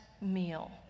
meal